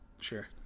Sure